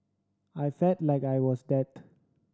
I felt like I was dead